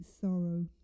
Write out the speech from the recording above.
sorrow